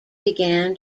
began